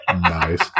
Nice